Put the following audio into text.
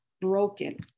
broken